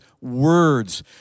words